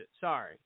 Sorry